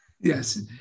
Yes